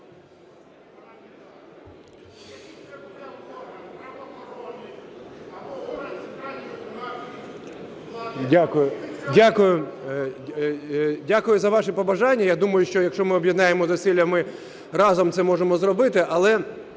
Дякую за ваші побажання. Я думаю, що якщо ми об'єднаємо зусилля, ми разом це можемо зробити.